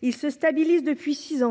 Il se stabilise depuis six ans